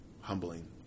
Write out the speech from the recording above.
humbling